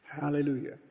Hallelujah